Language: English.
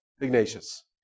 Ignatius